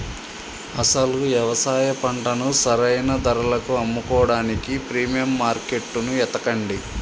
అసలు యవసాయ పంటను సరైన ధరలకు అమ్ముకోడానికి ప్రీమియం మార్కేట్టును ఎతకండి